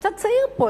צעיר פה.